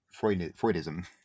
Freudism